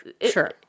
sure